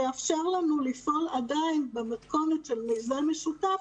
לאפשר לנו לפעול עדיין במתכונת של מיזם משותף,